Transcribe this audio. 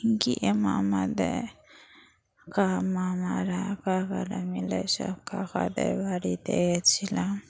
গিয়ে মামাদের কা মামারা কাকারা মিলে সব কাকাদের বাড়িতে গিয়েছিলাম